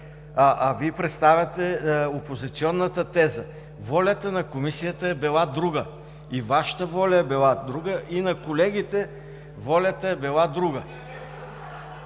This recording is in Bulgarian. а Вие представяте опозиционната теза, волята на Комисията е била друга. И Вашата воля е била друга, и на колегите волята е била друга.